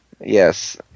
yes